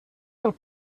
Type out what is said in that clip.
del